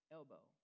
elbow